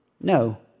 No